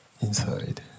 inside